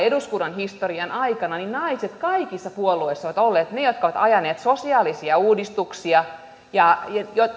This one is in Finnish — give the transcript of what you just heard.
eduskunnan historian aikana naiset kaikissa puolueissa ovat olleet niitä jotka ovat ajaneet sosiaalisia uudistuksia ja